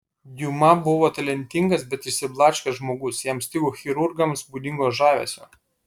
diuma buvo talentingas bet išsiblaškęs žmogus jam stigo chirurgams būdingo žavesio